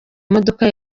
imodoka